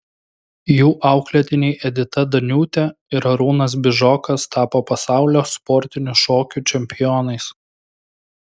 jų auklėtiniai edita daniūtė ir arūnas bižokas tapo pasaulio sportinių šokių čempionais